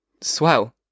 Swell